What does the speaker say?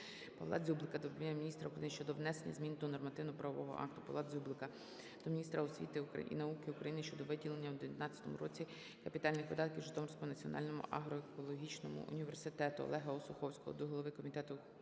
Павла Дзюблика до Прем'єр-міністра України щодо внесення змін до нормативно-правового акту. Павла Дзюблика до міністра освіти і науки України щодо виділення у 2019 році капітальних видатків Житомирському національному агроекологічному університету. Олега Осуховського до голови Комітету Верховної